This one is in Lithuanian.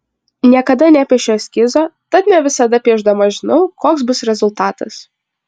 niekada nepiešiu eskizo tad ne visada piešdama žinau koks bus rezultatas